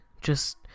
just-